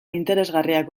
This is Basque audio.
interesgarriak